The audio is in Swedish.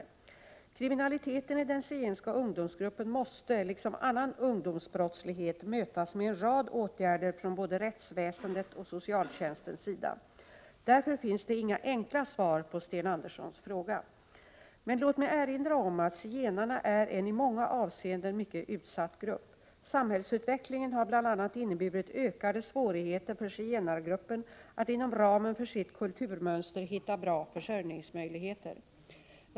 Kriminaliteten i den zigenska ungdomsgruppen måste — liksom annan ungdomsbrottslighet — mötas med en rad åtgärder från både rättsväsendets och socialtjänstens sida. Därför finns det inga enkla svar på Sten Anderssons fråga. Men låt mig erinra om att zigenarna är en i många avseenden mycket utsatt grupp. Samhällsutvecklingen har bl.a. inneburit ökade svårigheter för zigenargruppen att inom ramen för sitt kulturmönster hitta bra försörjningsmöjligheter.